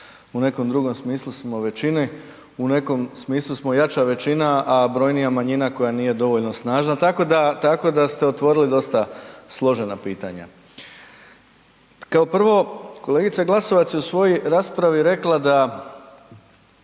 u nekom drugom smislu smo u većini, u nekom smislu smo jača većina a brojnija manjina koja nije dovoljna snažna tako da ste otvorili dosta složena pitanja. Kao prvo, kolegica Glasovac je u svojoj raspravi je rekla da